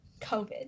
COVID